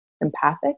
empathic